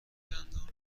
دندان